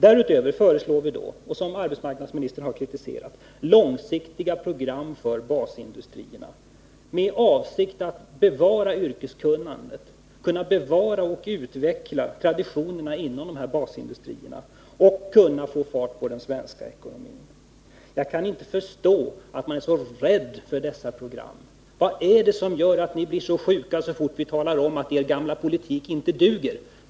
Därutöver föreslår vi — och det har arbetsmarknadsministern krititserat långsiktiga program för basindustrierna med avsikt att bevara yrkeskunnandet, att bevara och utveckla traditionerna inom basindustrierna och att få fart på den svenska ekonomin. Jag kan inte förstå att man är så rädd för dessa program. Vad är det som gör att ni blir så sjuka så fort vi talar om att er gamla politik inte duger?